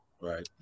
right